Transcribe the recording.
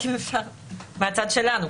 רק אם אפשר מהצד שלנו,